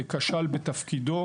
שהוא כשל בתפקידו.